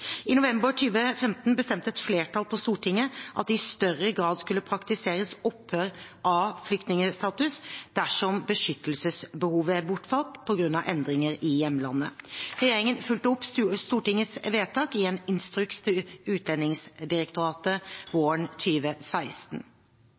I november 2015 bestemte et flertall på Stortinget at det i større grad skulle praktiseres opphør av flyktningstatus dersom beskyttelsesbehovet er bortfalt på grunn av endringer i hjemlandet. Regjeringen fulgte opp Stortingets vedtak i en instruks til Utlendingsdirektoratet